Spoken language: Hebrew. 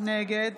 נגד